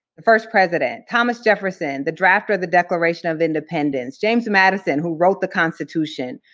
the first president, thomas jefferson, the drafter of the declaration of independence, james madison, who wrote the constitution,